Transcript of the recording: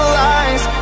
lies